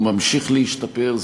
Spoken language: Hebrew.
הוא ממשיך להשתפר,